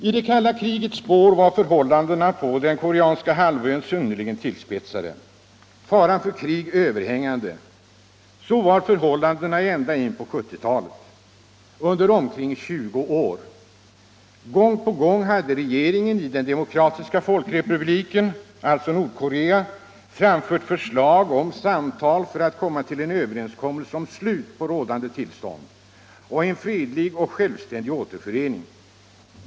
I det kalla krigets spår var förhållandena på den koreanska halvön synnerligen tillspetsade och faran för krig överhängande. Så var förhållandena ända in på 1970-talet, under omkring 20 år. Gång på gång hade regeringen i Demokratiska folkrepubliken Korea, alltså Nordkorea, framfört förslag om samtal för att komma till en överenskommelse om slut på rådande tillstånd och en fredlig och självständig återförening.